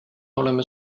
oleme